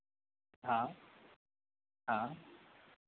हाँ हाँ